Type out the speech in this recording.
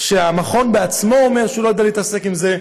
שהמכון עצמו אומר שהוא לא יודע להתעסק עם זה,